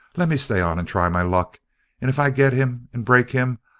lemme stay on and try my luck and if i get him and break him,